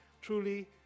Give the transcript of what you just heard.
truly